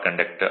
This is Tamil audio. கண்டக்டர்